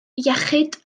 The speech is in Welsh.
iechyd